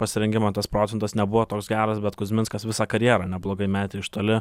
pasirengimą tas procentas nebuvo toks geras bet kuzminskas visą karjerą neblogai metė iš toli